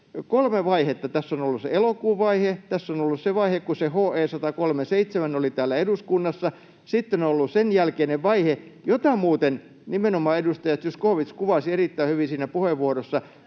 kolme vaihetta: tässä on ollut se elokuun vaihe, tässä on ollut se vaihe, kun se HE 137 oli täällä eduskunnassa, sitten on ollut sen jälkeinen vaihe, jota muuten nimenomaan edustaja Zyskowicz kuvasi erittäin hyvin siinä puheenvuorossa: